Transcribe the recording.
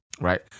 right